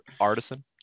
artisan